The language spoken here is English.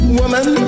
Woman